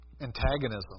antagonism